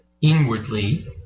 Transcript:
Inwardly